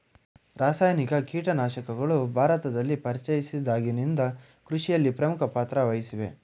ರಾಸಾಯನಿಕ ಕೀಟನಾಶಕಗಳು ಭಾರತದಲ್ಲಿ ಪರಿಚಯಿಸಿದಾಗಿನಿಂದ ಕೃಷಿಯಲ್ಲಿ ಪ್ರಮುಖ ಪಾತ್ರ ವಹಿಸಿವೆ